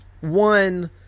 One